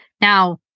Now